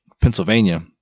Pennsylvania